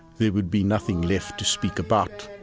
there would be nothing left to speak about.